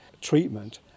treatment